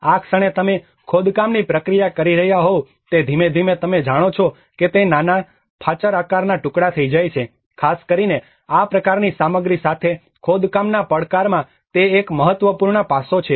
આ ક્ષણે તમે ખોદકામની પ્રક્રિયા કરી રહ્યા હોવ તે ધીમે ધીમે તમે જાણો છો કે તે નાના ફાચર આકારના ટુકડા થઈ જાય છે ખાસ કરીને આ પ્રકારની સામગ્રી સાથે ખોદકામના પડકારમાં તે એક મહત્વપૂર્ણ પાસો છે